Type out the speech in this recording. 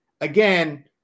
again